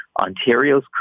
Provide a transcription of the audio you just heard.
Ontario's